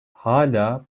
hala